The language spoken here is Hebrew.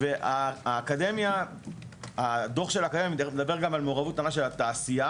הדו"ח של האקדמיה מדבר גם על מעורבות קטנה של התעשייה